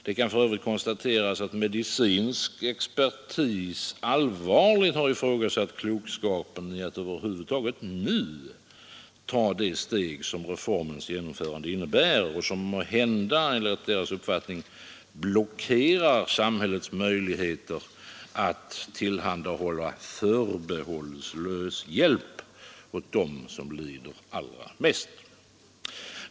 Det kan för övrigt konstateras att medicinsk expertis allvarligt har ifrågasatt klokskapen i att över huvud taget nu ta det steg som reformens genomförande innebär och som måhända, enligt deras uppfattning, blockerar samhällets möjligheter att tillhandahålla förbehållslös hjälp åt dem som lider allra mest.